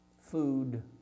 food